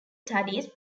studies